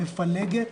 מפלגת,